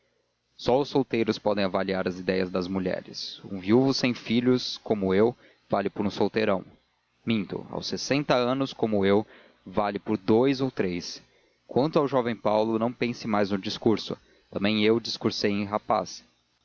só os solteirões podem avaliar as ideias das mulheres um viúvo sem filhos como eu vale por um solteirão minto aos sessenta anos como eu vale por dous ou três quanto ao jovem paulo não pense mais no discurso também eu discursei em rapaz